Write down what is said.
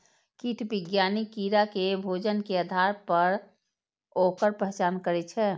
कीट विज्ञानी कीड़ा के भोजन के आधार पर ओकर पहचान करै छै